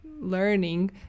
learning